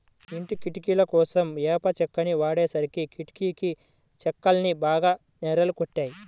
ఇంటి కిటికీలకోసం వేప చెక్కని వాడేసరికి కిటికీ చెక్కలన్నీ బాగా నెర్రలు గొట్టాయి